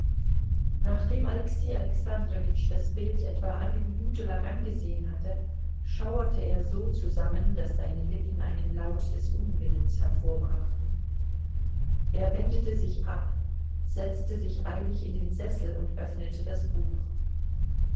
nachdem alexei alexandrowitsch das bild etwa eine minute lang angesehen hatte schauerte er so zusammen daß seine lippen einen laut des unwillens hervorbrachten er wendete sich ab setzte sich eilig in den sessel und öffnete das buch